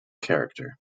character